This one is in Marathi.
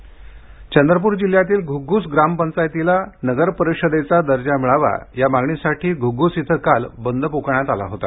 घग्गुस चंद्रपूर जिल्ह्यातील घ्रग्घूस ग्रामपंचायतीला नगर परिषदेचा दर्जा मिळावा या मागणीसाठी घ्रग्घूस इथे काल बंद प्कारण्यात आला होता